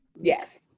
yes